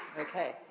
Okay